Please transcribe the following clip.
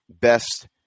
best